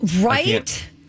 Right